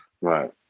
Right